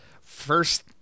first